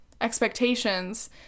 expectations